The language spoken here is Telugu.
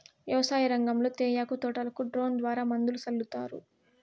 వ్యవసాయ రంగంలో తేయాకు తోటలకు డ్రోన్ ద్వారా మందులు సల్లుతారు